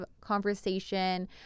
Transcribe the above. conversation